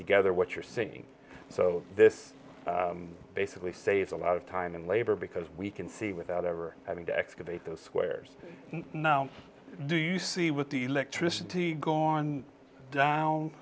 together what you're saying so this basically say it's a lot of time and labor because we can see without ever having to excavate those squares do you see with the electricity gone down